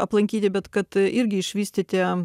aplankyti bet kad irgi išvystyti